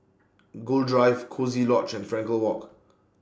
Gul Drive Coziee Lodge and Frankel Walk